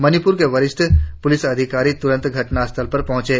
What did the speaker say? मणिपुर के वरिष्ठ पुलिस अधिकारी तुरंत घटनास्थल पर पहुंचे